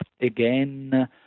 again